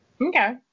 Okay